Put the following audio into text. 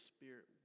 Spirit